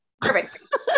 Perfect